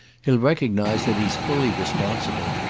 he'll recognise that he's fully responsible,